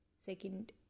Second